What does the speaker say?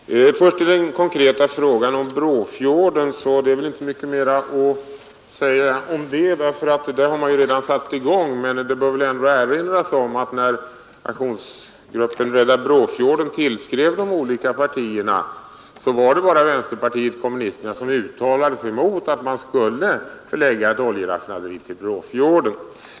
Herr talman! Beträffande den konkreta frågan om Brofjorden återstår väl inte mycket att säga; där har man ju redan satt i gång. Men det bör erinras om att när aktionsgruppen Rädda Brofjorden tillskrev de olika partierna var det bara vänsterpartiet kommunisterna som uttalade sig mot — Nr 122 att man skulle förlägga ett oljeraffinaderi till Brofjorden.